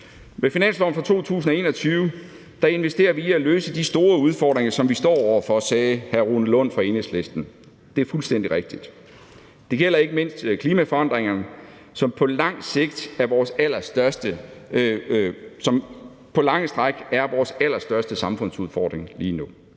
Med finansloven for 2021 investerer vi i at løse de store udfordringer, som vi står over for, sagde hr. Rune Lund fra Enhedslisten. Det er fuldstændig rigtigt, og det gælder ikke mindst klimaforandringerne, som på lange stræk er vores allerstørste samfundsudfordring lige nu.